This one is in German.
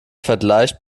vergleicht